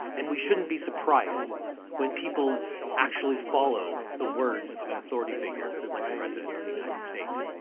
and we shouldn't be surprised when people actually follow the words of an authority figure like the president of the united states.